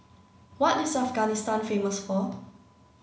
what is Afghanistan famous for